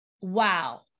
Wow